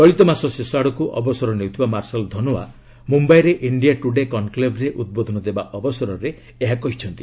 ଚଳିତ ମାସ ଶେଷ ଆଡକୁ ଅବସର ନେଉଥିବା ମାର୍ଶାଲ୍ ଧନୱା ମୁମ୍ୟାଇରେ ଇଣ୍ଡିଆ ଟୁଡ୍ କନ୍କ୍ଲେଭ୍ରେ ଉଦ୍ବୋଧନ ଦେବା ଅବସରରେ ଏହା କହିଛନ୍ତି